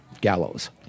gallows